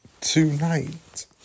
tonight